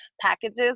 packages